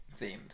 Themed